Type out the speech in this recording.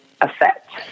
effect